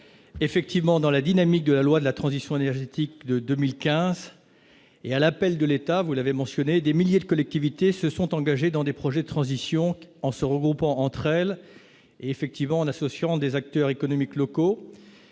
territoires effectivement dans la dynamique de la loi de la transition énergétique de 2015 et, à l'appel de l'État, vous l'avez mentionné des milliers de collectivités se sont engagées dans des projets transition qu'en se regroupant entre elles, effectivement, en associant des acteurs économiques locaux